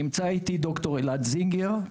נמצא איתי ד"ר אלעד זינגר,